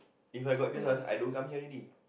If I got this one I don't come here already